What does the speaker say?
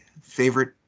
favorite